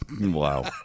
wow